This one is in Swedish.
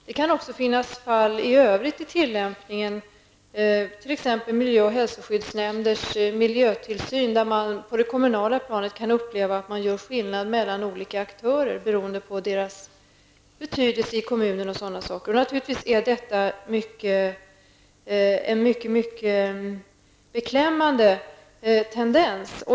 Det kan också finnas fall i övrigt i tillämpningen, t.ex. miljö och hälsoskyddsnämnders miljötillsyn, där man på det kommunala planet kan uppleva att det görs skillnad mellan olika aktörer, t.ex. beroende på deras betydelse i kommunen. Detta är naturligtvis en mycket beklämmande tendens.